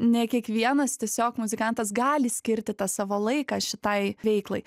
ne kiekvienas tiesiog muzikantas gali skirti tą savo laiką šitai veiklai